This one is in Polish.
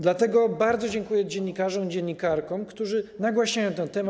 Dlatego bardzo dziękuję dziennikarzom i dziennikarkom, którzy nagłaśniają ten temat.